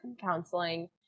counseling